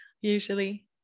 usually